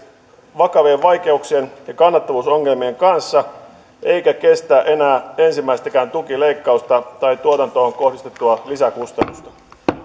vakavien vaikeuksien ja kannattavuusongelmien kanssa eikä kestä enää ensimmäistäkään tukileikkausta tai tuotantoon kohdistettua lisäkustannusta